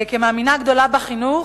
כמאמינה גדולה בחינוך,